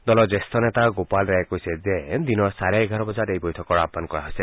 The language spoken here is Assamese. দলৰ জ্যেষ্ঠ নেতা গোপাল ৰায়ে কৈছে যে দিনৰ চাৰে এঘাৰ বজাত এই বৈঠকৰ আহান কৰা হৈছে